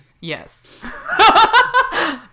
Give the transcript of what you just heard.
yes